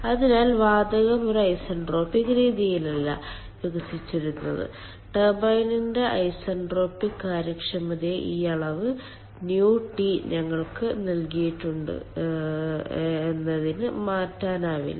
അതിനാൽ വാതകം ഒരു ഐസെൻട്രോപിക് രീതിയിലല്ല വികസിച്ചിരിക്കുന്നത് ടർബൈനിന്റെ ഐസെൻട്രോപിക് കാര്യക്ഷമതയായ ഈ അളവ് ηT ഞങ്ങൾക്ക് നൽകിയിട്ടുണ്ട് എന്നതിന് മാറ്റാനാവില്ല